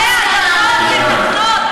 ומי שלא מקבל אותי,